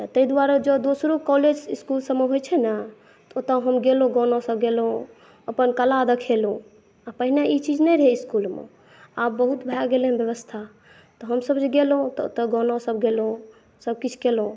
तऽ तै दुआरे जॅं दोसरो कॉलेज इसकुल सबमे होइ छै ने ओतऽ हम गेलहुॅं गानासब गेलहुॅं अपन कला देखलहुॅं पहिने ई चीज नहि रहै इसकुलमे आब बहुत भए गेलैहँ व्यवस्था हमसब जे गेलहुॅं तऽ ओतऽ गानासब गेलहुॅं सबकिछु कएलहुॅं